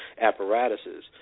apparatuses